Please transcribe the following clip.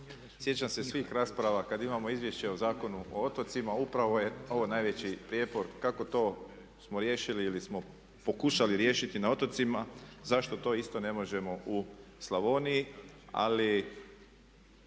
sjećam se svih rasprava kada imamo izvješće o Zakonu o otocima. Upravo je ovo najveći prijepor kako to smo riješili ili smo pokušali riješiti na otocima, zašto to isto ne možemo u Slavoniji? Ali